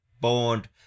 Bond